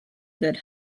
good